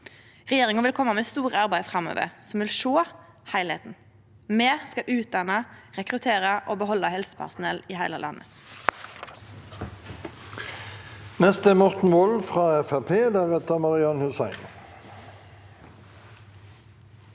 Regjeringa vil kome med store arbeid framover, som vil sjå heilskapen. Me skal utdanne, rekruttere og behalde helsepersonell i heile landet.